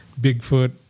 Bigfoot